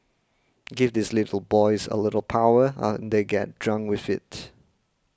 give these little boys a little power and they get drunk with it